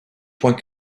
point